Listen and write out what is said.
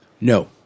No